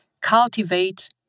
cultivate